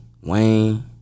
Wayne